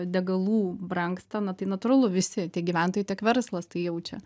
degalų brangsta na tai natūralu visi tiek gyventojai tiek verslas tai jaučia